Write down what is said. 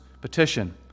petition